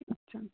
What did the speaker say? अच्छा